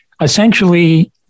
essentially